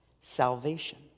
salvation